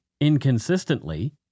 inconsistently